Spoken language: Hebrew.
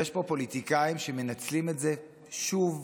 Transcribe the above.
יש פה פוליטיקאים שמנצלים את זה שוב ושוב,